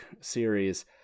series